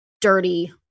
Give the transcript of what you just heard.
dirty